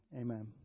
Amen